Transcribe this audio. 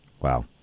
Wow